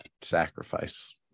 sacrifice